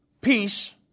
peace